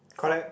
collect